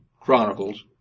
Chronicles